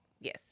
yes